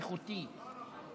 איכותי.